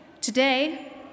Today